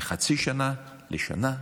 לחצי שנה, לשנה,